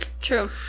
True